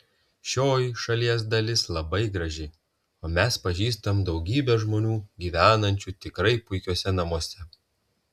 šioji šalies dalis labai graži o mes pažįstam daugybę žmonių gyvenančių tikrai puikiuose namuose